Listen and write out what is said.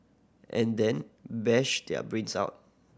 and then bash their brains out